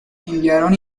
enviaron